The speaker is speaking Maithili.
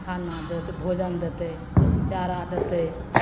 खाना देत भोजन देतै चारा देतै